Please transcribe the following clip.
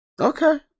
Okay